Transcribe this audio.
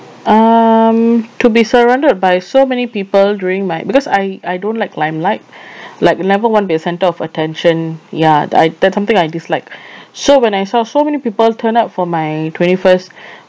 um to be surrounded by so many people during my because I I don't like limelight like never want to be the centre of attention ya th~ I that's something I dislike so when I saw so many people turn up for my twenty first